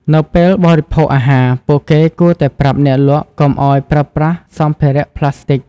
នៅពេលបរិភោគអាហារ ពួកគេគួរតែប្រាប់អ្នកលក់កុំឱ្យប្រើប្រាស់សម្ភារៈប្លាស្ទិក។